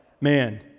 man